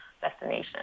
destination